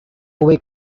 way